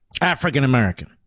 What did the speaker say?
African-American